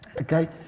Okay